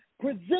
present